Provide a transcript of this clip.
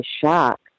shock